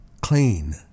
clean